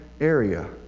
area